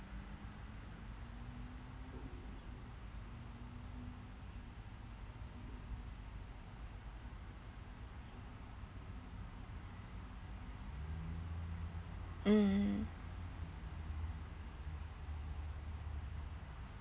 um